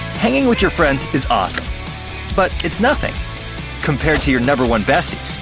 hanging with your friends is awesome but it's nothing compared to your number one bestie.